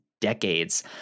decades